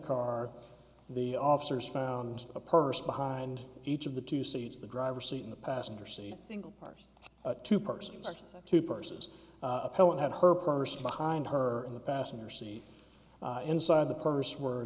car the officers found a purse behind each of the two seats the driver seat in the passenger seat single person to person to person as appellant had her purse behind her in the passenger seat inside the purse were